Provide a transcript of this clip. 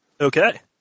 Okay